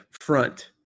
front